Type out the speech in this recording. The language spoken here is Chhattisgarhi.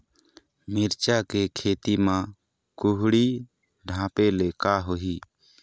मिरचा के खेती म कुहड़ी ढापे ले का होही?